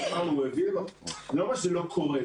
אני לא אומר שזה לא קורה,